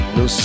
no